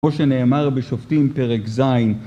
כמו שנאמר בשופטים פרק ז'.